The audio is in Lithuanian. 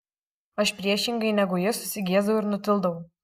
aš priešingai negu ji susigėsdavau ir nutildavau